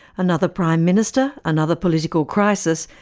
another prime minister, another political crisis,